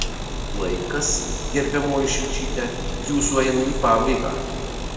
laikas gerbiamoji šličyte jūsų eina į pabaigą